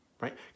right